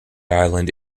island